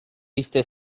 iste